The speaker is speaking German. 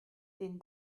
den